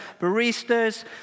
baristas